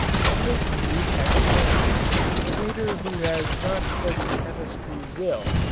from this brief explanation the reader who has not studied chemistry will,